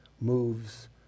moves